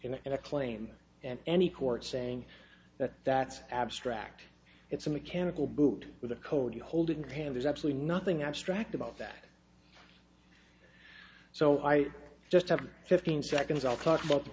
inn and a claim and any court saying that that's abstract it's a mechanical boot with a code you hold it in pan there's absolutely nothing abstract about that so i just have fifteen seconds i'll talk about the